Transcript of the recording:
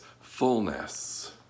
fullness